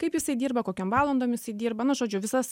kaip jisai dirba kokiom valandom jisai dirba nu žodžiu visas